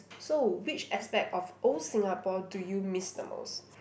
so which aspect of old Singapore do you miss the most